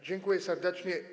Dziękuję serdecznie.